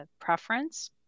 preference